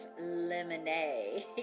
lemonade